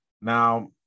Now